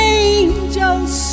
angels